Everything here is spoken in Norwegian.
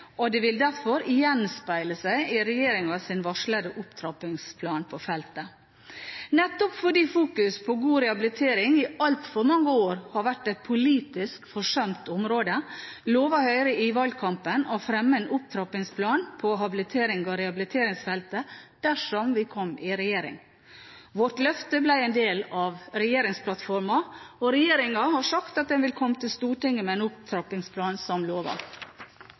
og rehabilitering, og det vil derfor gjenspeile seg i regjeringens varslede opptrappingsplan på feltet. Nettopp fordi fokusering på god rehabilitering i altfor mange år har vært et politisk forsømt område, lovet Høyre i valgkampen å fremme en opptrappingsplan på habiliterings- og rehabiliteringsfeltet dersom vi kom i regjering. Vårt løfte ble en del av regjeringsplattformen, og regjeringen har sagt at den vil komme til Stortinget med en opptrappingsplan, som